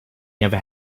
never